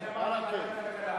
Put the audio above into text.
אני אמרתי ועדת הכלכלה.